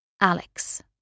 Alex